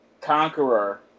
conqueror